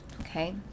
okay